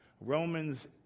Romans